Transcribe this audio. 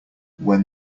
when